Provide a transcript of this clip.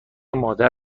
مادر